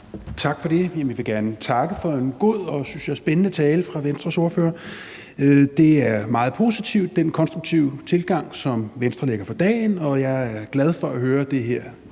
Tak for det. Jeg vil gerne takke for en god og, synes jeg, spændende tale fra Venstres ordfører. Det er meget positivt med den konstruktive tilgang, som Venstre lægger for dagen, og jeg er glad for at høre det her